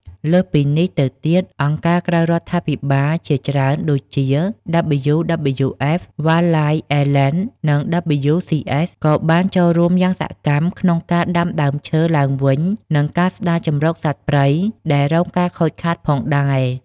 លើសពីនេះទៅទៀតអង្គការក្រៅរដ្ឋាភិបាលជាច្រើនដូចជា WWF Wildlife Alliance និង WCS ក៏បានចូលរួមយ៉ាងសកម្មក្នុងការ ដាំដើមឈើឡើងវិញ និងការស្តារជម្រកសត្វព្រៃដែលរងការខូចខាតផងដែរ។